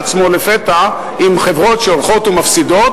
או שהוא ימצא את עצמו לפתע עם חברות שהולכות ומפסידות